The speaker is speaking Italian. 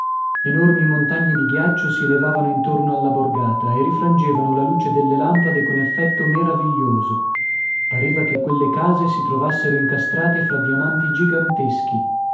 enormi montagne di ghiaccio si elevavano intorno alla borgata e rifrangevano la luce delle lampade con effetto meraviglioso pareva che quelle case si trovassero incastrate fra diamanti giganteschi